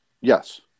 Yes